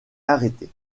arrêté